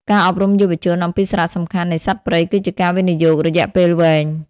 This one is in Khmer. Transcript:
ការអប់រំយុវជនអំពីសារៈសំខាន់នៃសត្វព្រៃគឺជាការវិនិយោគរយៈពេលវែង។